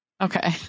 okay